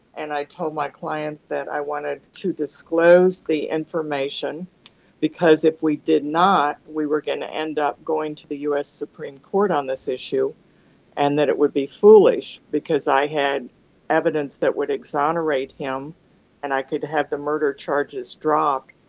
and i told my client that i wanted to disclose the information because if we did not we were going to end up going to the us supreme court on this issue and that it would be foolish because i had evidence that would exonerate him and i could have the murder charges dropped,